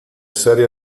serie